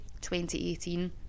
2018